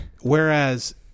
whereas